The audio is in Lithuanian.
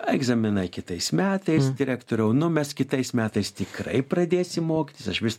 egzaminai kitais metais direktoriau nu mes kitais metais tikrai pradėsim mokytis aš vis